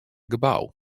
gebou